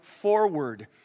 forward